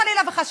חלילה וחס,